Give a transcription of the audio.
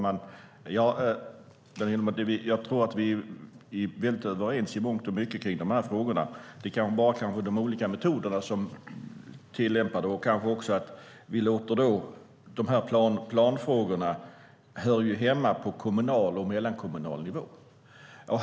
Herr talman! Jag tror att vi i mångt och mycket är överens när det gäller de här frågorna. Skillnaderna oss emellan kanske har att göra med vilka metoder som ska tillämpas. De här planfrågorna hör hemma på kommunal och mellankommunal nivå.